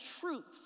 truths